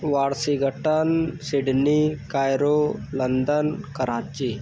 Washington Sydney Cairo London Karachi